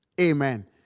Amen